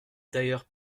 d’ailleurs